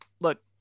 look